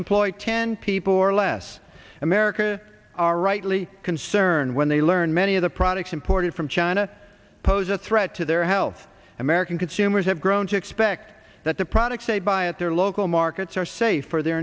employ ten people or less america are rightly concerned when they learn many of the products imported from china pose a threat to their health american consumers have grown to expect that the products they buy at their local markets are safe for their